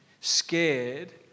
scared